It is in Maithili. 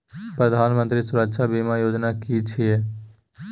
प्रधानमंत्री सुरक्षा बीमा योजना कि छिए?